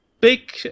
big